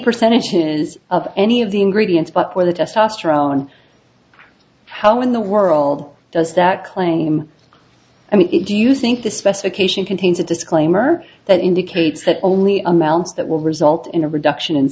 percentages of any of the ingredients but whether testosterone how in the world does that claim i mean do you think the specification contains a disclaimer that indicates that only amounts that will result in a reduction